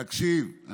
אני לא מתנגד, תקשיב.